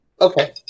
Okay